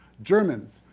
germans!